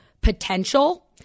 potential